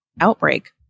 outbreak